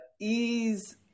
ease